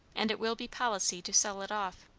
and it will be policy to sell it off.